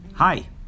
Hi